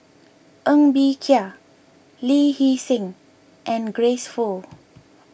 Ng Bee Kia Lee Hee Seng and Grace Fu